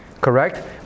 Correct